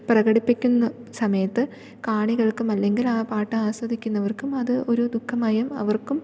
പ്രകടിപ്പിക്കുന്ന സമയത്ത് കാണികൾക്കും അല്ലെങ്കിൽ ആ പാട്ട് ആസ്വദിക്കുന്നവർക്കും അത് ഒരു ദുഃഖമായും അവർക്കും